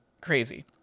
crazy